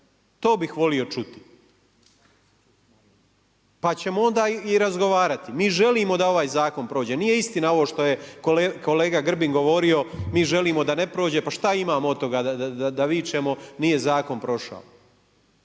To bih volio čuti pa ćemo onda i razgovarati. Mi želimo da ovaj zakon prođe. Nije istina ovo što je kolega Grbin govorio mi želimo da ne prođe. Pa šta imamo od toga da vičemo nije zakon prošao?